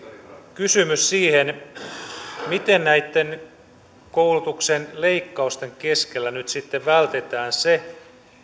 kysymys on siitä miten näitten koulutuksen leikkausten keskellä nyt sitten vältetään se